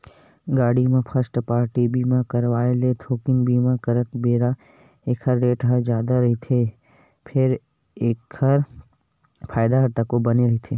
गाड़ी म first party बीमा करवाय ले थोकिन बीमा करत बेरा ऐखर रेट ह जादा रहिथे फेर एखर फायदा ह तको बने रहिथे